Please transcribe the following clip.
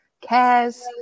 cares